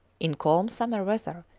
in calm summer weather,